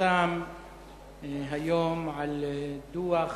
פורסם היום דוח